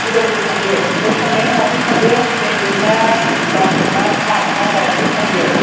उदालगुरियाव थांगोन ओमफ्राय थांनाया माजों थागोन ट्रेनजों ना बास ना कार ना बाइकजों थांगोन